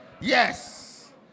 Yes